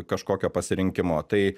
kažkokio pasirinkimo tai